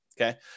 okay